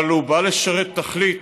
אבל הוא בא לשרת תכלית